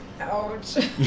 Ouch